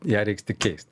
ją reiks tik keist